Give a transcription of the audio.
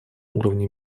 уровне